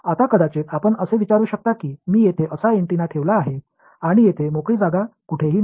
आता कदाचित आपण असे विचारू शकता की मी येथे असा अँटेना ठेवला आहे आणि येथे मोकळी जागा कुठेही नाही